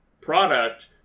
product